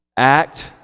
Act